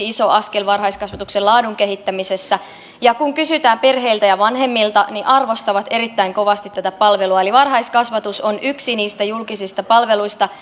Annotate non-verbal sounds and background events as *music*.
*unintelligible* iso askel varhaiskasvatuksen laadun kehittämisessä kun kysytään perheiltä ja vanhemmilta niin he arvostavat erittäin kovasti tätä palvelua eli varhaiskasvatus on yksi niistä julkisista palveluista *unintelligible*